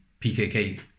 PKK